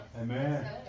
Amen